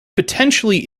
potentially